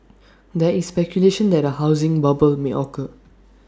there is speculation that A housing bubble may occur